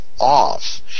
off